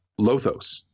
Lothos